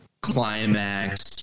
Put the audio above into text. climax